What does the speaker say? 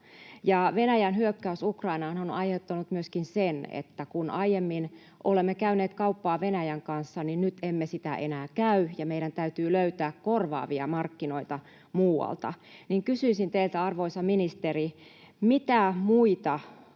Venäjän hyökkäys Ukrainaan on aiheuttanut myöskin sen, että kun aiemmin olemme käyneet kauppaa Venäjän kanssa, niin nyt emme sitä enää käy ja meidän täytyy löytää korvaavia markkinoita muualta. Kysyisin teiltä, arvoisa ministeri: mitä muita